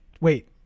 wait